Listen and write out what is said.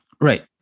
Right